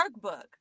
workbook